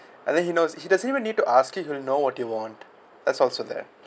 and then he knows he doesn't even need to ask you he'll know what do you want there's also there